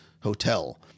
hotel